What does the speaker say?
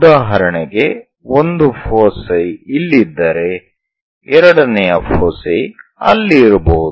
ಉದಾಹರಣೆಗೆ ಒಂದು ಫೋಸೈ ಇಲ್ಲಿದ್ದರೆ ಎರಡನೆಯ ಫೋಸೈ ಅಲ್ಲಿ ಇರಬಹುದು